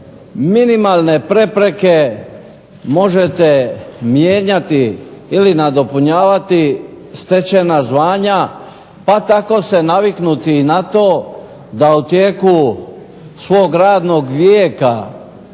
minimalne prepreke možete mijenjati ili nadopunjavati stečena znanja pa tako se naviknuti i na to da u tijeku svog radnog vijeka